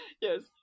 Yes